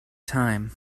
time